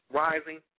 rising